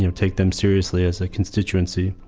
you know take them seriously as a constituency.